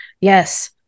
Yes